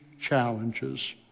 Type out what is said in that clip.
challenges